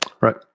Right